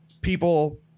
people